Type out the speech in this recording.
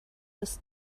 ist